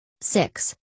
Six